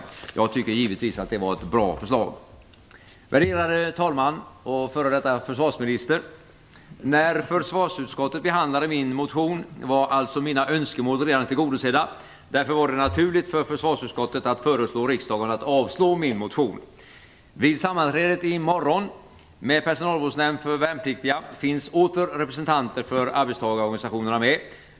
Jag tycker givetvis att det är ett bra beslut. Värderade talman och f.d. försvarsminister! När försvarsutskottet behandlade min motion var alltså mina önskemål redan tillgodosedda. Därför var det naturligt för försvarsutskottet att föreslå riksdagen att avslå min motion. Vid sammanträdet i morgon med Personalvårdsnämnden för värnpliktiga finns åter representanter för arbetstagarorganisationerna med.